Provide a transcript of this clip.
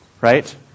Right